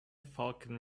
falcon